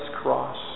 cross